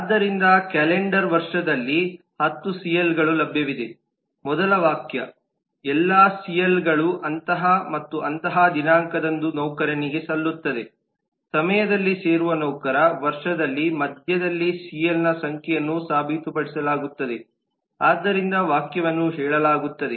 ಆದ್ದರಿಂದ ಕ್ಯಾಲೆಂಡರ್ ವರ್ಷದಲ್ಲಿ ಹತ್ತು ಸಿಎಲ್ ಗಳು ಲಭ್ಯವಿದೆ ಮೊದಲ ವಾಕ್ಯ ಎಲ್ಲಾ ಸಿಎಲ್ ಗಳು ಅಂತಹ ಮತ್ತು ಅಂತಹ ದಿನಾಂಕದಂದು ನೌಕರನಿಗೆ ಸಲ್ಲುತ್ತದೆ ಸಮಯದಲ್ಲಿ ಸೇರುವ ನೌಕರ ವರ್ಷದ ಮಧ್ಯದಲ್ಲಿ ಸಿಎಲ್ ನ ಸಂಖ್ಯೆಯನ್ನು ಸಾಬೀತುಪಡಿಸಲಾಗುತ್ತದೆ ಆದ್ದರಿಂದ ವಾಕ್ಯವನ್ನು ಹೇಳಲಾಗುತ್ತದೆ